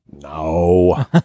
No